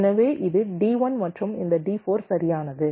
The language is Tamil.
எனவே இது D1 மற்றும் இந்த D4 சரியானது